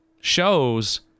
Shows